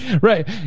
Right